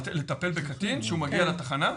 לטפל בקטין כשהוא מגיע לתחנה?